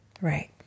Right